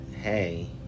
hey